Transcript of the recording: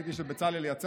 ראיתי שבצלאל יצא,